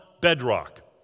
bedrock